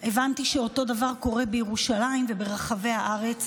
הבנתי שאותו דבר קורה בירושלים וברחבי הארץ.